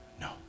no